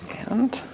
and